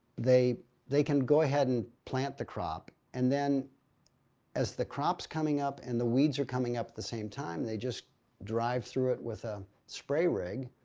they they can go ahead and plant the crop and then as the crops coming up and the weeds are coming up at the same time, they just drive through it with ah spray rig.